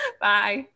Bye